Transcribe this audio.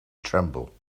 tremble